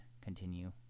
continue